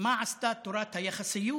מה עשתה תורת היחסות